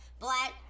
Black